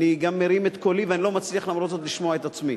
אני מרים את קולי ולמרות זאת לא מצליח לשמוע את עצמי.